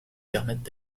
permettent